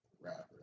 rapper